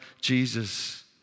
Jesus